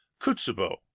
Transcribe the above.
Kutsubo